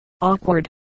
awkward